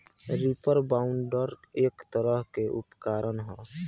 reaper binder एक तरह के उपकरण ह